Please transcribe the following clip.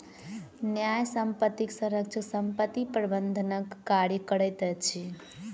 न्यास संपत्तिक संरक्षक संपत्ति प्रबंधनक कार्य करैत अछि